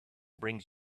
brings